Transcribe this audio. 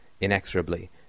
inexorably